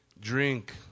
drink